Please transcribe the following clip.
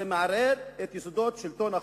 זה מערער את יסודות שלטון החוק.